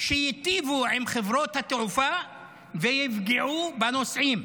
שייטיבו עם חברות התעופה ויפגעו בנוסעים.